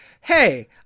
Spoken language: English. hey